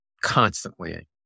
constantly